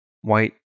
White